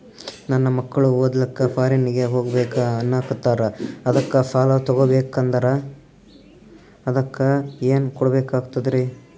ನನ್ನ ಮಕ್ಕಳು ಓದ್ಲಕ್ಕ ಫಾರಿನ್ನಿಗೆ ಹೋಗ್ಬಕ ಅನ್ನಕತ್ತರ, ಅದಕ್ಕ ಸಾಲ ತೊಗೊಬಕಂದ್ರ ಅದಕ್ಕ ಏನ್ ಕೊಡಬೇಕಾಗ್ತದ್ರಿ?